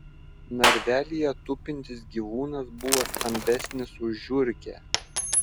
narvelyje tupintis gyvūnas buvo stambesnis už žiurkę